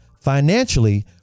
Financially